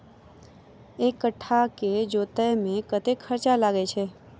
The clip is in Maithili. एक कट्ठा केँ जोतय मे कतेक खर्चा लागै छै?